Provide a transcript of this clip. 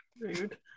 rude